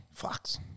Fucks